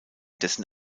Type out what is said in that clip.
dessen